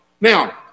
Now